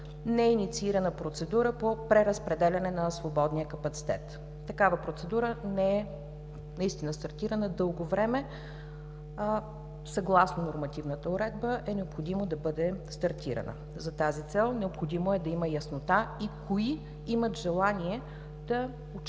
не е инициирана процедура по преразпределяне на свободния капацитет. Такава процедура не е стартирана дълго време, а съгласно нормативната уредба е необходимо да бъде стартирана. За тази цел е необходимо да има яснота и кои имат желание да участват